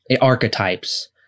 archetypes